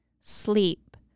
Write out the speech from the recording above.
sleep